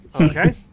Okay